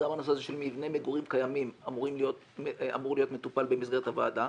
גם הנושא הזה של מבני מגורים קיימים אמור להיות מטופל במסגרת הוועדה.